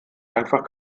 einfach